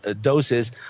doses